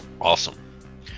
Awesome